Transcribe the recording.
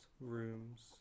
rooms